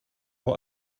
lot